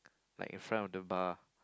like in front of the bar